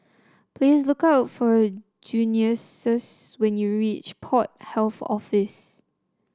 please look for when you reach Port Health Office